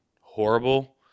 horrible